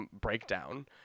breakdown